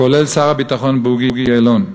כולל שר הביטחון בוגי יעלון: